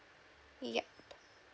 yup